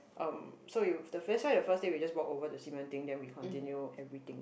uh so you that's why the first day we just walk over to Ximending then we continue everything